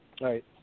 right